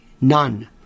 none